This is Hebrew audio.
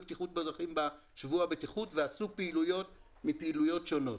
בשבוע הבטיחות ועשו פעילויות מפעילויות שונות,